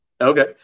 Okay